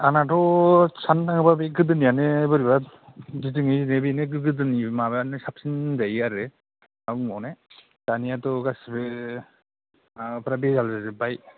आंनाथ' साननो थाङोबा बे गोदोनियानो बोरैबा गिदिङै गिदिङै बेनो गोदोनि माबायानो साबसिन होनजायो आरो मा बुंबावनो दानियाथ' गासैबो माबाफ्रा भेजाल जाजोब्बाय